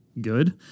good